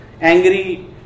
angry